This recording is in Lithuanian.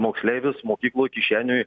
moksleivis mokykloj kišešniuj